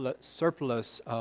surplus